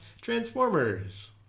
Transformers